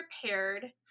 prepared